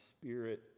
spirit